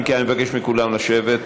אם כן, אני מבקש מכולם לשבת.